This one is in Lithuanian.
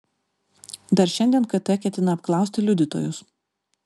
dar šiandien kt ketina apklausti liudytojus